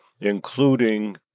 including